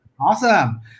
awesome